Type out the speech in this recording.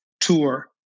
tour